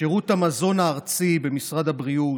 שירות המזון הארצי במשרד הבריאות,